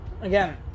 again